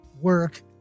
work